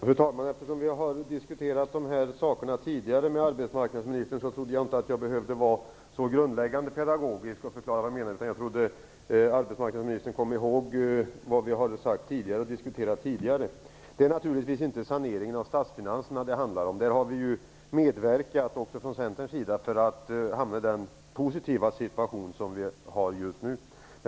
Fru talman! Eftersom jag har diskuterat dessa saker tidigare med arbetsmarknadsministern trodde jag inte att jag behövde vara så grundläggande pedagogisk. Jag trodde att arbetsmarknadsministern kom ihåg vad vi tidigare hade sagt. Det är naturligtvis inte saneringen av statsfinanserna som det handlar om. Vi från Centern har ju medverkat till att vi hamnat i den positiva situation som råder just nu.